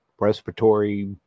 respiratory